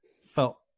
felt